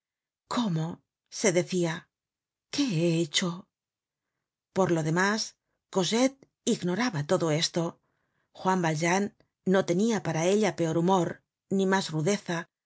cómo se decia qué he hecho por lo demás cosette ignoraba todo esto juan valjean no tenia para ella peor humor ni mas rudeza